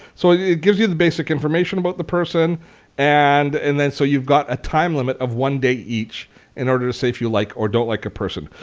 so it gives you the basic information about the person and and then so you've got a time limit of one day each in order to say if you like or don't like a person.